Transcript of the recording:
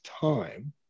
time